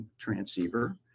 transceiver